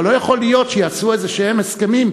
אבל לא יכול להיות שיעשו איזשהם הסכמים,